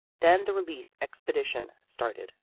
then the relief expedition started.